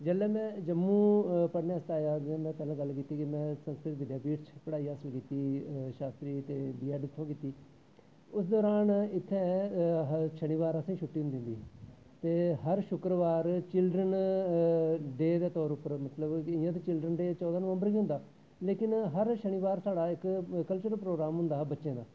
जियां में जम्मू जियां में पैह्लैं गल्ल कीती के में संस्कृत पीठ च पढ़ाई हासल कीती शास्त्रा ते बी ऐड उत्थें कीती शनी बार असें गी छुट्टी होंदी होंदी ही ते बर शुक्रबार चिल्डर्न डे दे तौर उप्पर मतलव कि इयां चिल्डर्न डे चौदां नवंबर गी होंदा लेकिन हर शनिवार इक साढ़ा कल्चकल प्रोग्राम होंदा हा बच्चें दा